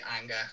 anger